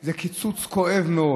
זה קיצוץ כואב מאוד.